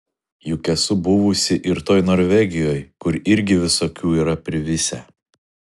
juk esu buvusi ir toj norvegijoj kur irgi visokių yra privisę